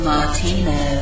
Martino